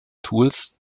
tools